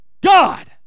God